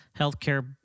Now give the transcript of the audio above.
healthcare